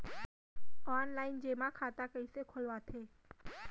Online जेमा खाता कइसे खोलवाथे?